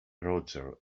roger